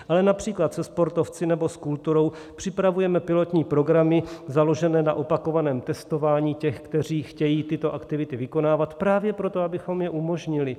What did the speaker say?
Ale například se sportovci nebo s kulturou připravujeme pilotní programy založené na opakovaném testování těch, kteří chtějí tyto aktivity vykonávat, právě proto, abychom je umožnili.